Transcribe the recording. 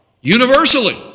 universally